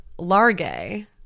Largay